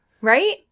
Right